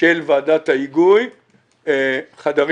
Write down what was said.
של ועדת ההיגוי חדרים,